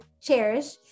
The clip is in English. cherish